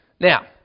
Now